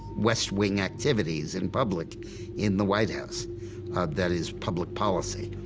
west wing activities in public in the white house that is, public policy.